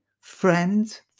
Friends